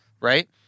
right